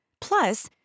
Plus